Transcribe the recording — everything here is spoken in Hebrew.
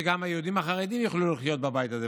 וגם היהודים החרדים יוכלו לחיות בבית הזה,